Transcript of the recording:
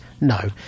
No